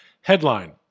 Headline